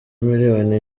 miliyoni